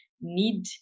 need